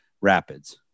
rapids